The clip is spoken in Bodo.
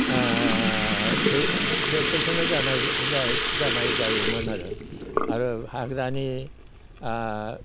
बे बेफोरखोनो जानाय जानाय जायोमोन आरो आरो हाग्रानि